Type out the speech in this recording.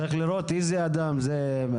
צריך לראות איזה אדם זה.